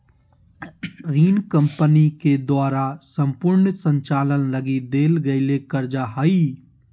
ऋण कम्पनी के द्वारा सम्पूर्ण संचालन लगी देल गेल कर्जा हइ